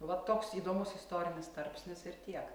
va toks įdomus istorinis tarpsnis ir tiek